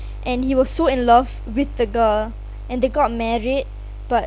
and he was so in love with the girl and they got married but